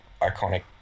iconic